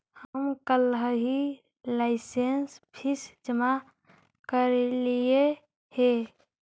हम कलहही licence fee जमा करयलियइ हे